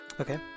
Okay